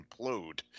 implode